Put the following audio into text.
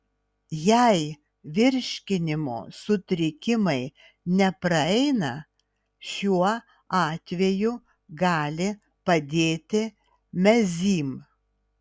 jei virškinimo sutrikimai nepraeina šiuo atveju gali padėti mezym